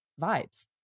vibes